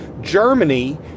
Germany